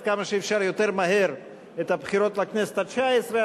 עד כמה שאפשר יותר מהר את הבחירות לכנסת התשע-עשרה,